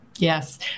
Yes